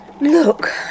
Look